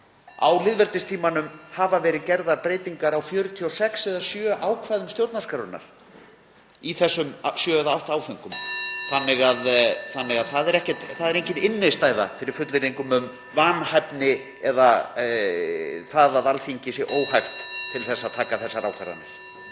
Á lýðveldistímanum hafa verið gerðar breytingar á 46 eða 47 ákvæðum stjórnarskrárinnar, í þessum sjö eða átta áföngum. Það er því engin innstæða fyrir fullyrðingum um vanhæfni eða að Alþingi sé óhæft til að taka þessar ákvarðanir.